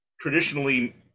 traditionally